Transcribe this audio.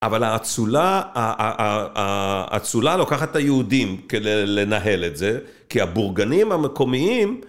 אבל האצולה לוקחת את היהודים כדי לנהל את זה כי הבורגנים המקומיים